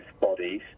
bodies